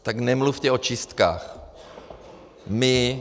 Tak nemluvte o čistkách.